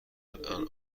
انعام